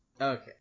Okay